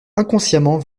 inconsciemment